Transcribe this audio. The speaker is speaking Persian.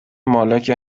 مالک